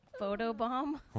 Photobomb